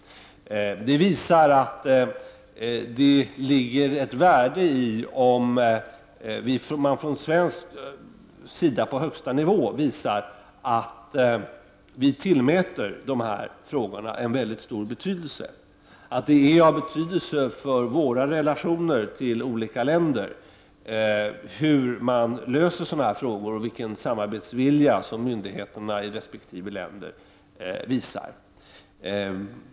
Det visar att det ligger ett stort värde i om man från svensk sida på högsta nivå markerar att vi tillmäter dessa frågor en väldigt stor betydelse och att det är av betydelse för våra relationer till olika länder hur man löser de här frågorna och vilken samarbetsvilja som myndigheterna i resp. land visar.